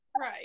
Right